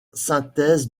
synthèse